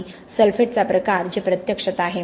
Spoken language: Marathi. सल्फेटचा प्रकार जे प्रत्यक्षात आहे